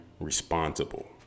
Responsible